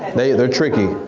they're tricky.